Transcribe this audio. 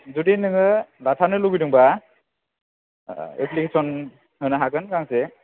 जुदि नोङो लांथारनो लुबैदोंबा एप्लिकेसन होनो हागोन गांसे